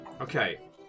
Okay